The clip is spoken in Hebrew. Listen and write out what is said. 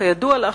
"כידוע לך,